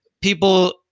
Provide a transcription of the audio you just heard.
people